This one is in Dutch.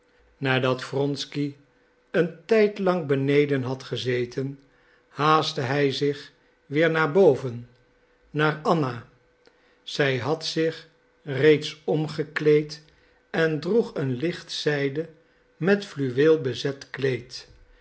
nadat wronsky een tijdlang beneden had gezeten haastte hij zich weer naar boven naar anna zij had zich reeds omgekleed en droeg een lichtzijden met fluweel bezet kleed